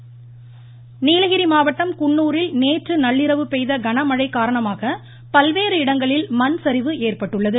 நீலகிரி மழை வாய்ஸ் நீலகிரி மாவட்டம் குன்னூரில் நேற்று நள்ளிரவு பெய்த கனமழை காரணமாக பல்வேறு இடங்களில் மண்சரிவு ஏற்பட்டுள்ளது